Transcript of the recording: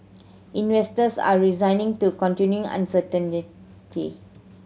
investors are resigned to continuing uncertainty